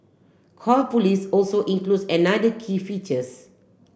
call Police also includes another key features